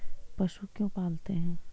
पशु क्यों पालते हैं?